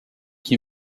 qui